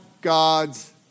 God's